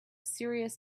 serious